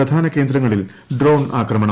പ്രധാന കേന്ദ്രങ്ങളിൽ ഡ്രോൺ ആക്രമണം